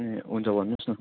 ए हुन्छ भन्नुहोस् न